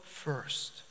First